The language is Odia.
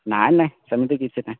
ନାଇଁ ନାଇଁ ସେମିତି କିଛି ନାଇଁ